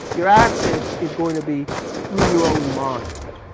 your access is going to be through your own mind.